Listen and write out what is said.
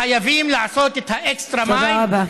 חייבים לעשות את ה-extra mile תודה רבה.